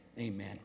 amen